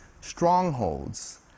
strongholds